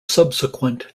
subsequent